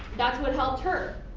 that's what helped her.